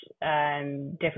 different